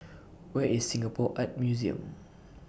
Where IS Singapore Art Museum